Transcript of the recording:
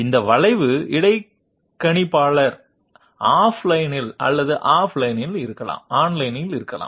இந்த வளைவு இடைக்கணிப்பாளர்கள் ஆஃப்லைனில் அல்லது ஆன்லைனில் இருக்கலாம்